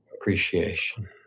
appreciation